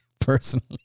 personally